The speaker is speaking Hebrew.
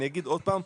אני אגיד עוד פעם,